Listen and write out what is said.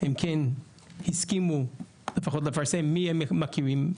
הם כן הסכימו לפחות לפרסם במי הם מכירים.